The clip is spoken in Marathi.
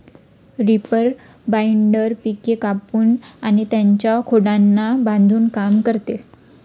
रीपर बाइंडर पिके कापून आणि त्यांच्या खोडांना बांधून काम करते